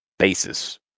Basis